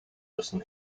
müssen